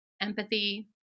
empathy